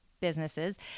businesses